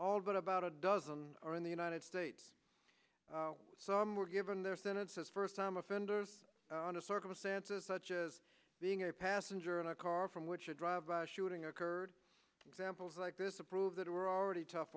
but about a dozen are in the united states some were given their sentence as first time offenders in a circumstances such as being a passenger in a car from which a drive by shooting occurred examples like this to prove that we're already tough